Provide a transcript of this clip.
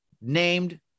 named